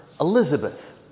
Elizabeth